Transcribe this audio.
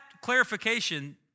clarification